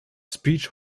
speech